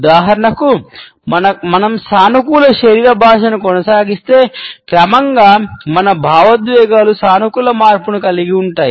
ఉదాహరణకు మనం సానుకూల శరీర భాషను కొనసాగిస్తే క్రమంగా మన భావోద్వేగాలు సానుకూల మార్పును కలిగి ఉంటాయి